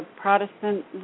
Protestant